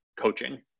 coaching